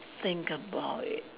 think about it